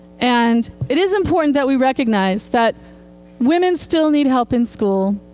and it is important that we recognize that women still need help in school,